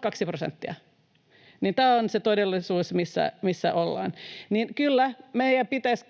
kaksi prosenttia. Tämä on se todellisuus, missä ollaan. Eli kyllä, meidän pitäisi